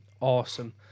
Awesome